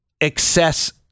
excess